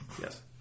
Yes